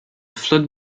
flood